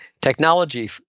technology